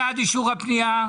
מי בעד אישור הפנייה?